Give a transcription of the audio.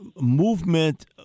movement –